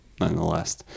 nonetheless